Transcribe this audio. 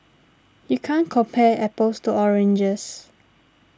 you can't compare apples to oranges